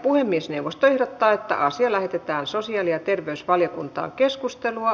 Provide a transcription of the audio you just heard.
puhemiesneuvosto ehdottaa että asia lähetetään sosiaali ja terveysvaliokuntaan